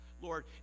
Lord